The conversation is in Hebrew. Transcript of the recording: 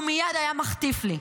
הוא מייד היה מחטיף לי.